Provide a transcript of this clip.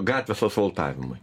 gatvės asfaltavimui